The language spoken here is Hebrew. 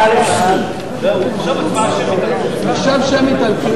הוצאות שונות,